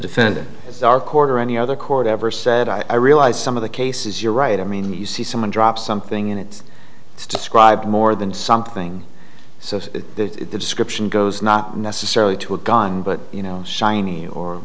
defendant quarter any other court ever said i realize some of the cases you're right i mean you see someone drop something and it's scribed more than something so that the description goes not necessarily to a gun but you know shiny or